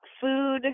food